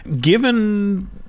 Given